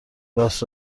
راست